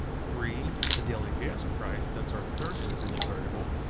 three, the daily gas price, that's our third independent variable.